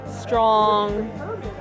strong